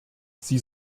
sie